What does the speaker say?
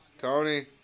Tony